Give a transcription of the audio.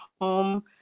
home